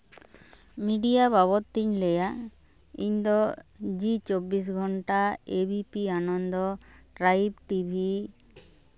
media ᱵᱟᱵᱚᱫ ᱛᱤᱧ ᱞᱟᱹᱭᱟ ᱤᱧ ᱫᱚ Zee Chobbis Ghanta ABP Ananda tribe TV